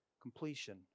completion